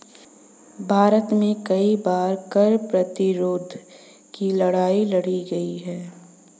भारत में कई बार कर प्रतिरोध की लड़ाई लड़ी गई है